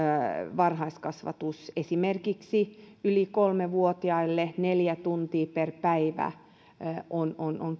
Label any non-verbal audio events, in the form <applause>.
varhaiskasvatus esimerkiksi yli kolme vuotiaille neljä tuntia per päivä on on <unintelligible>